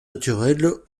naturelle